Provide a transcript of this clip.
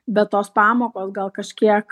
bet tos pamokos gal kažkiek